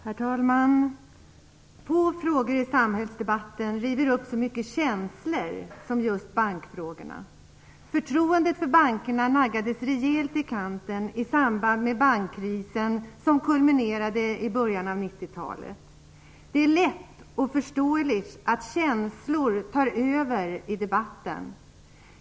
Herr talman! Få frågor i samhällsdebatten river upp så mycket känslor som just bankfrågorna. Förtroendet för bankerna naggades rejält i kanten i samband med bankkrisen som kulminerade i början av 90-talet. Det är lätt och förståeligt att känslor tar över i debatten.